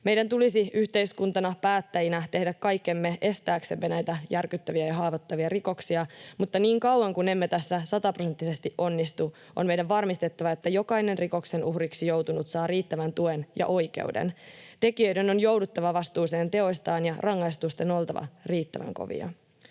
Meidän tulisi yhteiskuntana, päättäjinä, tehdä kaikkemme estääksemme näitä järkyttäviä ja haavoittavia rikoksia, mutta niin kauan kuin emme tässä sataprosenttisesti onnistu, on meidän varmistettava, että jokainen rikoksen uhriksi joutunut saa riittävän tuen ja oikeuden. Tekijöiden on jouduttava vastuuseen teoistaan, ja rangaistusten on oltava riittävän kovia,